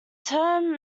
term